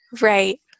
Right